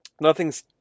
nothing's